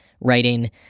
writing